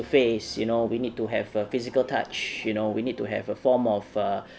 face you know we need to have a physical touch you know we need to have a form of err